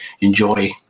enjoy